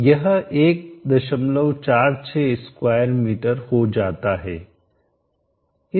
यह 146 square metre हो जाता है